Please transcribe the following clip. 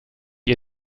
ihr